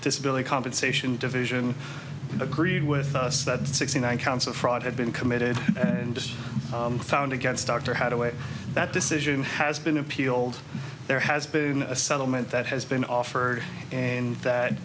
disability compensation division agreed with us that sixty one counts of fraud had been committed and just found against dr hattaway that decision has been appealed there has been a settlement that has been offered and that